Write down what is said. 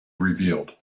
revealed